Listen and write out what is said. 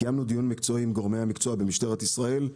קיימנו דיון מקצועי עם גורמי המקצוע במשטרת ישראל,